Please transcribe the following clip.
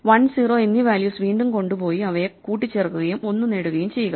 1 0 എന്നീ വാല്യൂസ് വീണ്ടും കൊണ്ടുപോയി അവയെ കൂട്ടിച്ചേർക്കുകയും 1 നേടുകയും ചെയ്യുക